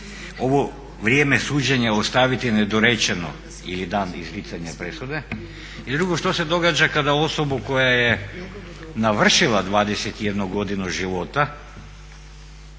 ovo vrijeme suđenja ostaviti nedorečeno ili dan izricanja presude? I drugo, što se događa kada osobu koja je navršila 21 godinu života